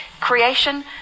creation